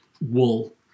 wool